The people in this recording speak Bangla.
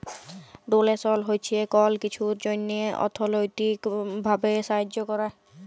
ডোলেসল হছে কল কিছুর জ্যনহে অথ্থলৈতিক ভাবে সাহায্য ক্যরা